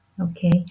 Okay